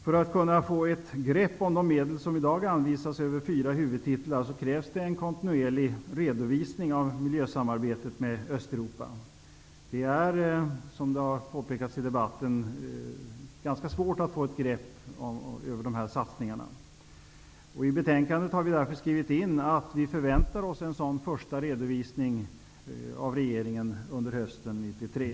För att kunna få ett grepp om de medel som i dag anvisas över fyra huvudtitlar krävs det en kontinuerlig redovisning av miljösamarbetet med Östeuropa. det är -- som det har påpekats i debatten -- ganska svårt att få ett grepp över de här satsningarna. I betänkandet har vi därför skrivit in att vi förväntar oss en sådan första redovisning av regeringen under hösten 1993.